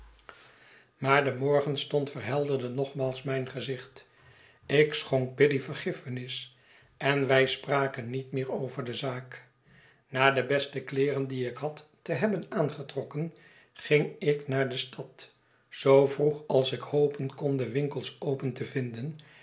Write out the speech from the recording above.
maar de morgenstond verhelderde nogmaals mijn gezicht ik schonk biddy vergiffenis en wij spraken niet meer over de zaak na de beste kleeren die ik had te hebben aangetrokken ging ik naar de stad zoo vroeg als ik hopen kon de winkels open te vinden